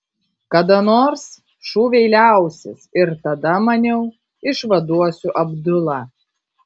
kada nors šūviai liausis ir tada maniau išvaduosiu abdulą